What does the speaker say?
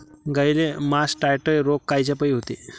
गाईले मासटायटय रोग कायच्यापाई होते?